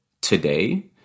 today